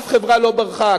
אף חברה לא ברחה.